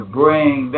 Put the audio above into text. bring